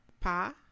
pa